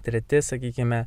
treti sakykime